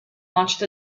launched